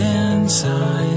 inside